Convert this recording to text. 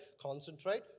Concentrate